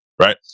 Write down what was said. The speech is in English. right